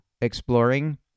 exploring